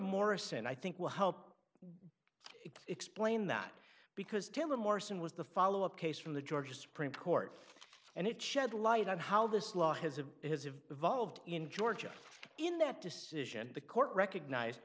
morrison i think will help explain that because to morrison was the follow up case from the georgia supreme court and it shed light on how this law has a has evolved in georgia in that decision the court recognize